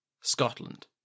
Scotland